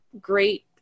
great